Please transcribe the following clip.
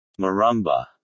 Marumba